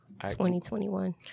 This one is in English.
2021